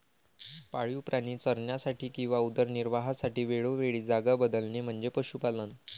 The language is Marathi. पाळीव प्राणी चरण्यासाठी आणि उदरनिर्वाहासाठी वेळोवेळी जागा बदलणे म्हणजे पशुपालन